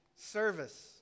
service